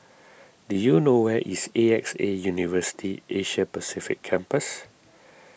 do you know where is A X A University Asia Pacific Campus